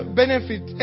benefit